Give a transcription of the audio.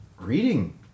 Reading